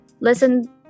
listen